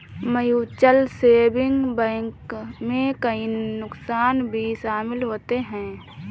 mutual saving bank में कई नुकसान भी शमिल होते है